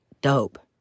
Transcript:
dope